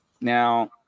Now